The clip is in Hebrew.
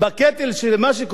זה סכנת נפשות.